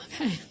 okay